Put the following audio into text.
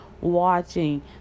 watching